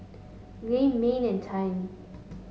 Gaye Mannie and Taryn